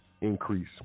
increase